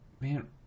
man